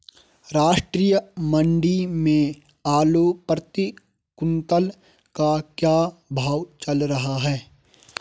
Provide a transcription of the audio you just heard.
राष्ट्रीय मंडी में आलू प्रति कुन्तल का क्या भाव चल रहा है?